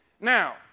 Now